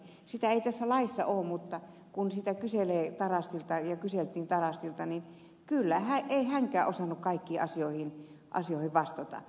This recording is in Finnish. sitä ei tässä lajissa on mutta kun kyselimme tarastilta niin ei kyllä hänkään osannut kaikkiin asioihin vastata